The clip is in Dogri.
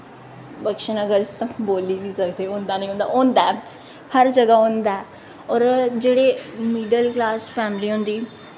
बक्शी नगर च ते बोली निं सकदे होंदा निं होंदा ऐ हर जगह् होंदा ऐ होर जेह्ड़ी मिडल क्लास फैमली होंदी